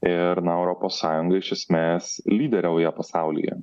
ir na europos sąjunga iš esmės lyderiauja pasaulyje